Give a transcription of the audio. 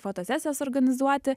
fotosesijas organizuoti